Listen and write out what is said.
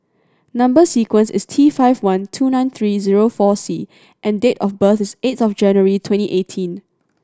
number sequence is T five one two nine three zero four C and date of birth is eighth of January twenty eighteen